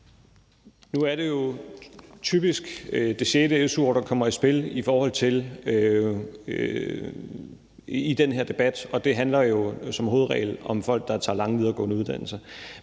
Nu er det jo typisk det sjette su-år år, der kommer i spil i den her debat, og det handler jo som hovedregel om folk, der tager lange videregående uddannelser.